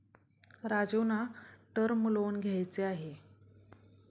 राजीवना term loan घ्यायचे आहे